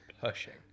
pushing